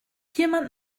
jemand